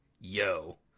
Yo